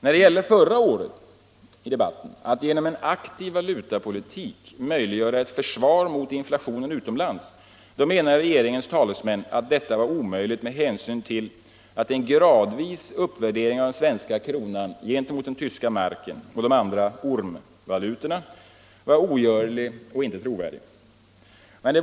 När vi förra året diskuterade att genom en aktiv valutapolitik möjliggöra ett försvar mot inflationen utomlands menade regeringens talesmän att detta var omöjligt med hänsyn till att en gradvis uppvärdering av den svenska kronan gentemot D-marken och de andra ”ormvalutorna” var ogörlig och inte trovärdig.